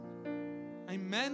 amen